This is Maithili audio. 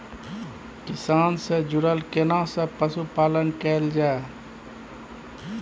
किसान से जुरल केना सब पशुपालन कैल जाय?